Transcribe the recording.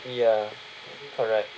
ya correct